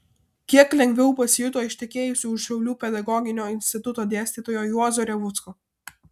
kiek lengviau pasijuto ištekėjusi už šiaulių pedagoginio instituto dėstytojo juozo revucko